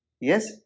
yes